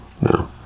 No